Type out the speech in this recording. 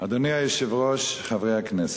אדוני היושב-ראש, חברי הכנסת,